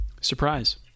Surprise